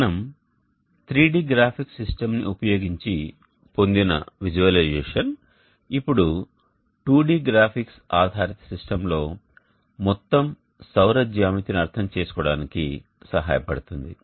మనం 3D graphic సిస్టమ్ని ఉపయోగించి పొందిన విజువలైజేషన్ ఇప్పుడు 2D గ్రాఫిక్స్ ఆధారిత సిస్టమ్లో మొత్తం సౌర జ్యామితిని అర్థం చేసుకోవడానికి సహాయపడుతుంది